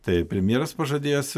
tai premjeras pažadėjęs